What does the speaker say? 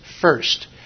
first